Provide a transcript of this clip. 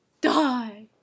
die